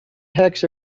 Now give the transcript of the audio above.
hex